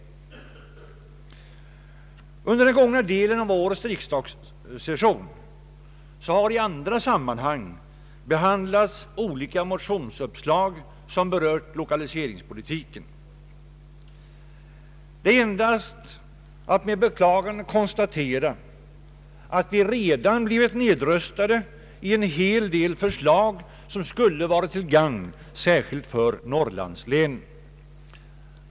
Under den gångna delen av årets riksdagssession har i andra sammanhang behandlats olika motionsuppslag som berört lokaliseringspolitiken. Det är endast att med beklagande konstatera att redan en hel del förslag blivit nedröstade som skulle ha varit till gagn särskilt för Norrlandslänen.